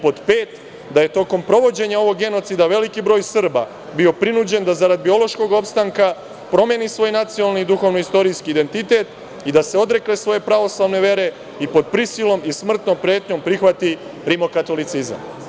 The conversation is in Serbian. Pod 5, da je tokom sprovođenja ovog genocida veliki broj Srba bio prinuđen da zarad biološkog opstanka promeni svoj nacionalni i duhovno-istorijski identitet i da se odrekne svoje pravoslavne vere i pod prisilom i smrtnom pretnjom prihvati rimokatolicizam.